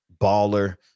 baller